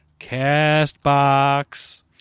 CastBox